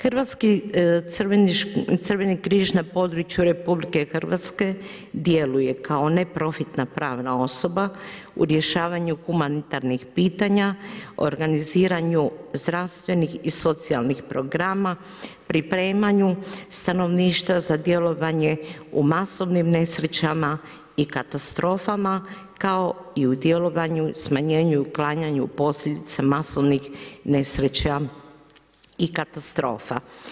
Hrvatski crveni križ na području RH djeluje kao neprofitna pravna osoba u rješavanju humanitarnih pitanja, organiziranju zdravstvenih i socijalnih programa, pripremanju stanovništva za djelovanje u masovnim nesrećama i katastrofama kao i u djelovanju, smanjenju i uklanjanju posljedica masovnih nesreća i katastrofa.